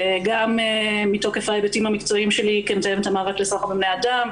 גם מתוקף ההיבטים המקצועיים שלי כמתאמת המאבק לסחר בבני אדם,